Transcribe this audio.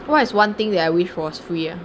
what is one thing that I wish was free ah